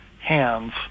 hands